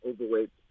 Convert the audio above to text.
overweight